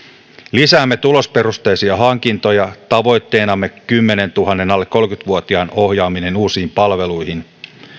lisäämme tulosperusteisia hankintoja tavoitteenamme kymmenentuhannen alle kolmekymmentä vuotiaan ohjaaminen uusiin palveluihin lisäämme